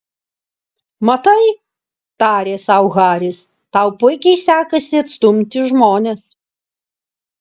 matai tarė sau haris tau puikiai sekasi atstumti žmones